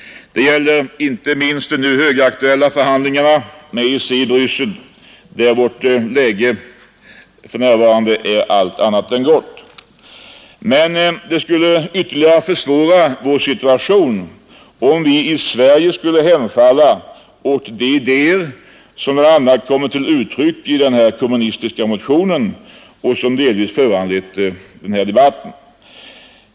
Det gäller inte minst de nu högaktuella förhandlingarna med EEC i Bryssel, där vårt läge för närvarande är allt annat än gott. Men det skulle ytterligare försvåra vår situation, om vi i Sverige skulle hemfalla åt de idéer som bl.a. kommit till uttryck i den kommunistiska motionen och som delvis föranlett den här debatten.